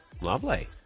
Lovely